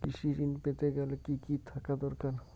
কৃষিঋণ পেতে গেলে কি কি থাকা দরকার?